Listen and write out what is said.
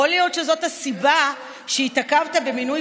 יכול להיות שזאת הסיבה שהתעכבת במינוי